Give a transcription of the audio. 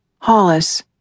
Hollis